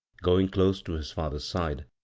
going close to his father's side,